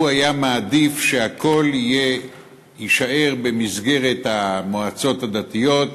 הוא היה מעדיף שהכול יישאר במסגרת המועצות הדתיות,